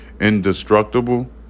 indestructible